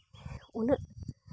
ᱩᱱᱟᱹᱜ